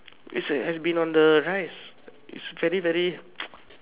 we say has been on the rise is very very